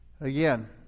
Again